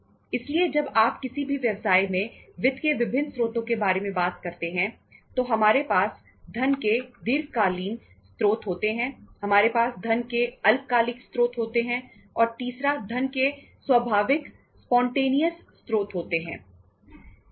इसलिए जब आप किसी भी व्यवसाय में वित्त के विभिन्न स्त्रोतों के बारे में बात करते हैं तो हमारे पास धन के दीर्घकालीन स्त्रोत होते हैं हमारे पास धन के अल्पकालिक स्त्रोत होते हैं और तीसरा धन के स्वाभाविक स्पॉन्टेनियस स्त्रोत होते हैं